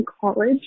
college